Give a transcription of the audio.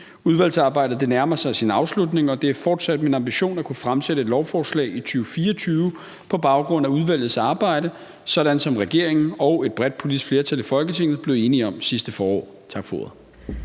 Udvalgsarbejdet nærmer sig sin afslutning, og det er fortsat min ambition at kunne fremsætte et lovforslag i 2024 på baggrund af udvalgets arbejde, sådan som regeringen og et bredt politisk flertal i Folketinget blev enige om sidste forår.